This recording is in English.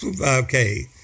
okay